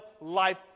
life